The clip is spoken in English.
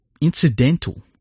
incidental